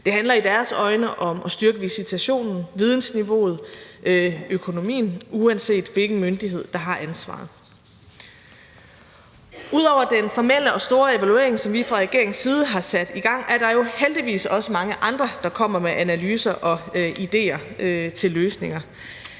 Det handler i deres øjne om at styrke visitationen, vidensniveauet, økonomien, uanset hvilken myndighed der har ansvaret. Ud over den formelle og store evaluering, som vi fra regeringens side har sat i gang, er der jo heldigvis også mange andre, der kommer med analyser og idéer til løsninger.